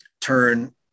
turn